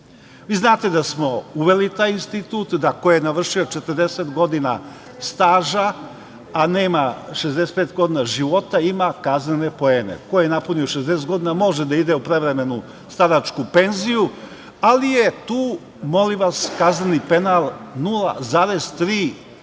znate da smo uveli taj institut, da ko je navršio 40 godina staža, a nema 65 godina života ima kaznene poene. Ko je napunio 65 godina može da ide u prevremenu starosnu penziju, ali je tu kazneni penal 0,34% za